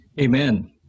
Amen